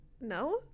No